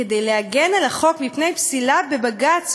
כדי להגן על החוק מפני פסילה בבג"ץ,